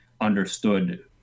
understood